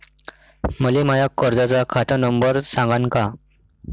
मले माया कर्जाचा खात नंबर सांगान का?